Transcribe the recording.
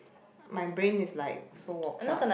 my brain is like so warped out